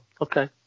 okay